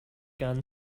gun